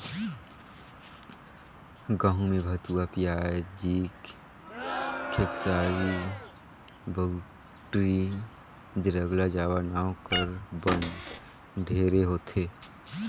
गहूँ में भथुवा, पियाजी, खेकसारी, बउटरी, ज्रगला जावा नांव कर बन ढेरे होथे